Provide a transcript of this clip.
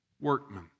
workmen